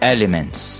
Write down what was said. Elements